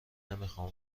نمیخام